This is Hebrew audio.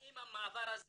האם המעבר הזה